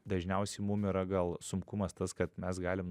dažniausiai mum yra gal sunkumas tas kad mes galim